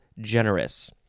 generous